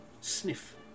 sniff